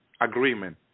agreement